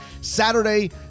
Saturday